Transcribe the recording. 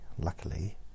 Luckily